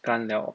尴聊